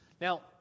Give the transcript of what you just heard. Now